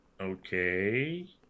okay